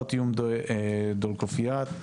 ארטיום דולגופיאט,